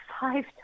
five